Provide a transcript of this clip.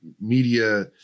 media